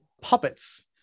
puppets